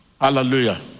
Hallelujah